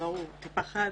המעבר הוא טיפה חד.